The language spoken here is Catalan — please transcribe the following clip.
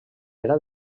era